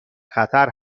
خطر